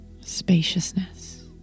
Spaciousness